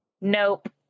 Nope